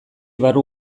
barru